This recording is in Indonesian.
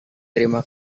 terima